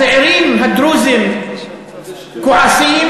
הצעירים הדרוזים כועסים,